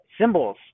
Symbols